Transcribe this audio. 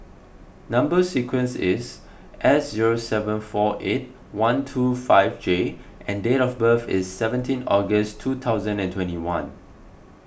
Number Sequence is S zero seven four eight one two five J and date of birth is seventeen August two thousand and twenty one